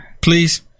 please